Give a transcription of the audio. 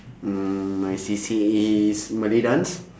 mm my C_C_A is malay dance